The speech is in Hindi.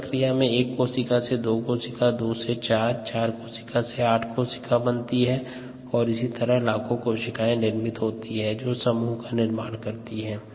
इस प्रक्रिया में एक कोशिका से दो कोशिका दो कोशिका से चार कोशिका चार कोशिका से आठ कोशिका बनती हैं और इसी तरह लाखों कोशिकाएं निर्मित हो जाती है जो समूह का निर्माण करती है